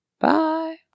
Bye